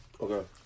Okay